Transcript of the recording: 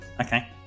Okay